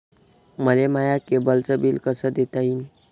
मले माया केबलचं बिल कस देता येईन?